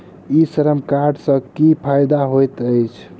ई श्रम कार्ड सँ की फायदा होइत अछि?